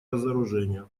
разоружения